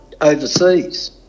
overseas